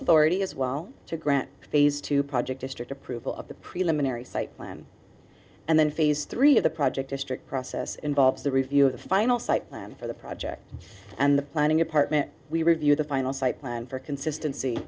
authority as well to grant phase two project district approval of the preliminary site plan and then phase three of the project district process involves the review of the final site plan for the project and the planning apartment we review the final site plan for consistency